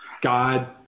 God